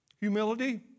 humility